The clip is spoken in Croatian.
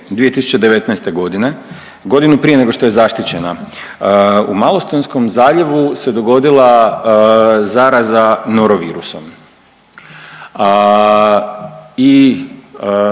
godinu prije nego što je zaštićena u Malostonskom zaljevu se dogodila zaraza Norovirusom i